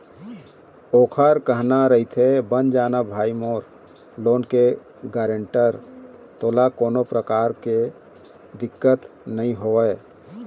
ओखर कहना रहिथे बन जाना भाई मोर लोन के गारेंटर तोला कोनो परकार के दिक्कत नइ होवय